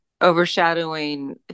overshadowing